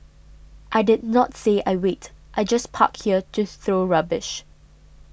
I did not say I wait I just park here to throw rubbish